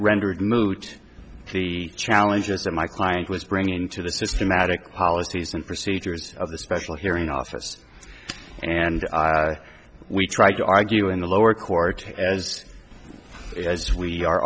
rendered moot the challenges that my client was bringing into the systematic policies and procedures of the special hearing office and we tried to argue in the lower court as as we are